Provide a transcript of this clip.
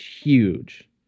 huge